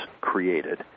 created